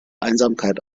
einsamkeit